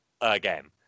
again